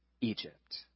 Egypt